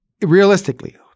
realistically